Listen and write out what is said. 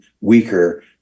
weaker